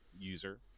user